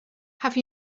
have